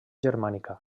germànica